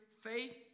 faith